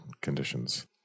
conditions